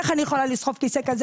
איך אני יכולה לסחוב כיסא כזה?